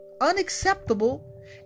unacceptable